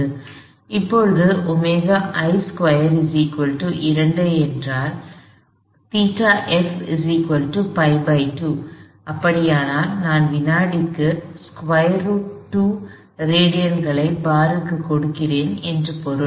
இப்போது ωi2 2 என்றால் ϴf π2 அப்படியானால் நான் வினாடிக்கு √2 ரேடியன்களை பாருக்கு கொடுக்கிறேன் என்று பொருள்